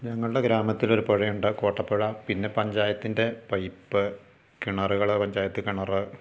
ഞങ്ങളുടെ ഗ്രാമത്തിലൊരു പുഴയുണ്ട് കോട്ടപ്പുഴ പിന്നെ പഞ്ചായത്തിൻ്റെ പൈപ്പ് കിണറുകൾ പഞ്ചായത്ത് കിണർ